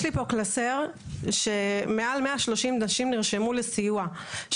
יש לי פה קלסר שמעל 130 נשים נרשמו לסיוע.